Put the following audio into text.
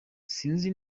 sinzi